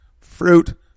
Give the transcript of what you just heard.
fruit